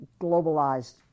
globalized